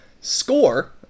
score